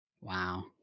Wow